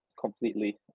completely